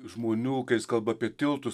žmonių kalba apie tiltus